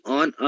on